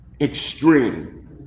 extreme